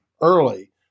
early